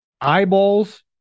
Eyeballs